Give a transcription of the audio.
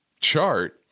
chart